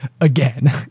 again